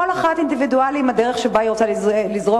כל אחת אינדיבידואלית בדרך שבה היא רוצה לזרום,